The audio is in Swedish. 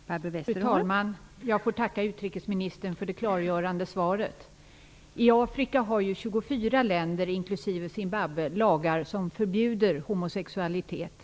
Fru talman! Jag får tacka utrikesministern för det klargörande svaret. I Afrika har 24 länder, inklusive Zimbabwe, lagar som förbjuder homosexualitet.